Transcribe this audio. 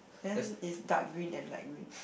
then is dark green and light green